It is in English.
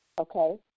Okay